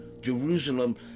Jerusalem